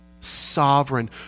sovereign